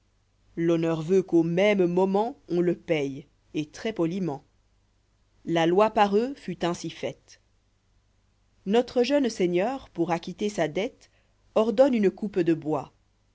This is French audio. escroc l'honneur veut qu'au même moment on le paie et très poliment la loi par eux fut ainsi faite nôtre jeune seigneur pour acquitter sa dette ordonne une coupe de bois